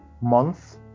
month